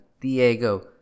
Diego